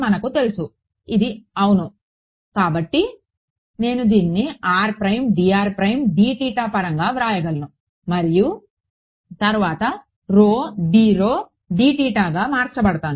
మనకు తెలుసు ఇది అవును కాబట్టి నేను దీన్ని పరంగా వ్రాయగలను మరియు తరువాత గా మార్చబడతాను